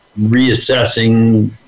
reassessing